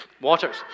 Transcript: waters